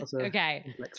Okay